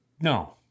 No